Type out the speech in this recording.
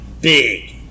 big